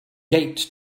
gates